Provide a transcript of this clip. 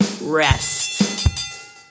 rest